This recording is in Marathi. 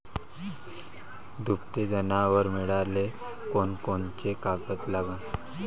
दुभते जनावरं मिळाले कोनकोनचे कागद लागन?